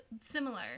similar